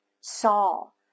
Saul